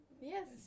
Yes